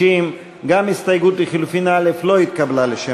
60. גם הסתייגות לחלופין (א) לשם החוק לא התקבלה.